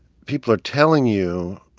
people are telling you,